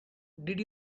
did